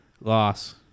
Loss